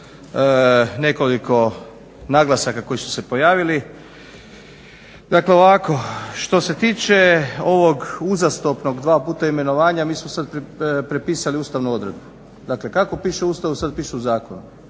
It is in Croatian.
nekoliko naglasak koji su se pojavili. Dakle ovako, što se tiče ovog uzastopnog dva puta imenovanja mi smo sad prepisali ustavnu odredbu, dakle kako piše u Ustavu sad piše u zakonu.